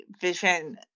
vision